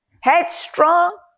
headstrong